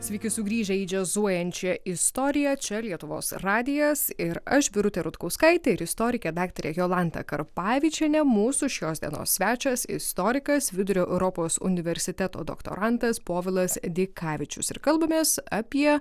sveiki sugrįžę į džiazuojančią istoriją čia lietuvos radijas ir aš birutė rutkauskaitė ir istorikė daktarė jolanta karpavičienė mūsų šios dienos svečias istorikas vidurio europos universiteto doktorantas povilas dikavičius ir kalbamės apie